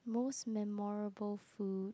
most memorable food